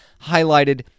highlighted